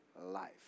life